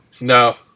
no